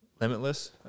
Limitless